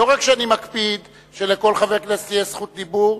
לא רק שאני מקפיד שלכל חבר כנסת תהיה זכות דיבור,